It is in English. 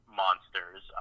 monsters